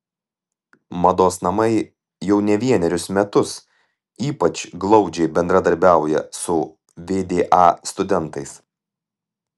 mados namai jau ne vienerius metus ypač glaudžiai bendradarbiauja su vda studentais